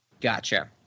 Gotcha